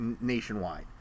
nationwide